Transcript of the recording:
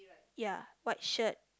ya white shirt